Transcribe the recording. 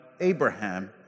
Abraham